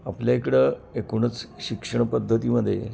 आपल्या इकडं एकूणच शिक्षण पद्धतीमध्ये